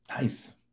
Nice